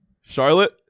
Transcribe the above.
Charlotte